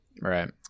Right